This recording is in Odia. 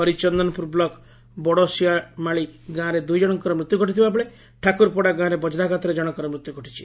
ହରିଚନ୍ଦନପୁର ବ୍ଲକ ବଡସିଆଳିମାଳ ଗାଁରେ ଦୁଇଜଶଙ୍କର ମୃତ୍ୟୁ ଘଟିଥିବାବେଳେ ଠାକୁରପଡା ଗାଁରେ ବଜ୍ରାଘାତରେ ଜଶଙ୍କର ମୃତ୍ୟୁ ଘଟିଛି